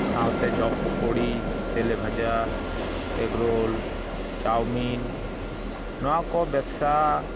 ᱥᱟᱶᱛᱮ ᱪᱚᱯ ᱯᱚᱠᱚᱲᱤ ᱛᱮᱞᱮ ᱵᱷᱟᱡᱟ ᱮᱜᱽᱨᱳᱞ ᱪᱟᱣᱢᱤᱱ ᱱᱚᱣᱟ ᱠᱚ ᱵᱮᱵᱥᱟ